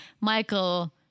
Michael